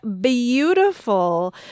beautiful